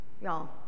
Y'all